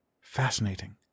Fascinating